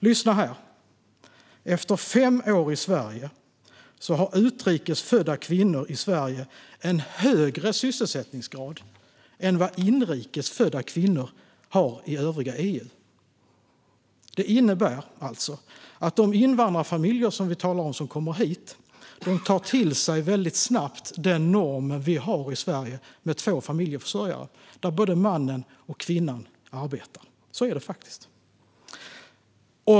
Lyssna på det här: Efter fem år i Sverige har utrikes födda kvinnor i Sverige en högre sysselsättningsgrad än vad inrikes födda kvinnor i övriga EU har. Detta innebär alltså att de invandrarfamiljer som vi talar om, som kommer hit, väldigt snabbt tar till sig den norm vi har i Sverige med två familjeförsörjare och att både mannen och kvinnan arbetar. Så är det faktiskt.